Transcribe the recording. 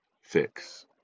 fix